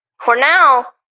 Cornell